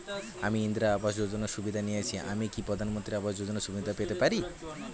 আমি ইন্দিরা আবাস যোজনার সুবিধা নেয়েছি আমি কি প্রধানমন্ত্রী আবাস যোজনা সুবিধা পেতে পারি?